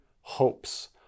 hopes